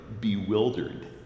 bewildered